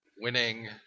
Winning